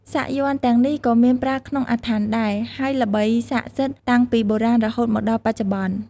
សាក់យ័ន្តទាំងនេះក៏មានប្រើក្នុងអាថ័ន្តដែរ ហើយល្បីស័ក្តិសិទ្ធតាំងពីបុរាណរហូតមកដល់បច្ចុប្បន្ន។